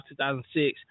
2006